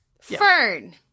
Fern